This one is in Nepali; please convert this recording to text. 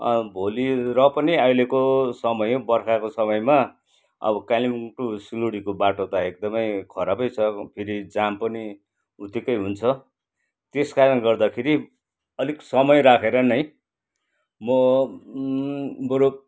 भोलि र पनि अहिलेको समय बर्खाको समयमा अब कालिम्पोङ टू सिलगढीको बाटो त एकदमै खराबै छ फेरि जाम पनि उत्तिकै हुन्छ त्यस कारण गर्दाखेरि अलिक समय राखेर नै म बरु